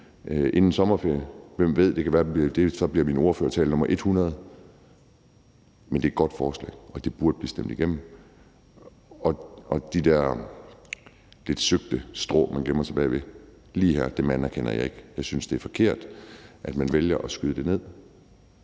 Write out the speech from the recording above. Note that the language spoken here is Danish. Det kan være, det så bliver min ordførertale nr. 100. Men det er et godt forslag, og det burde blive stemt igennem, og de der lidt søgte strå, man gemmer sig bag ved lige her, anerkender jeg ikke. Jeg synes, det er forkert, at man vælger at skyde det ned.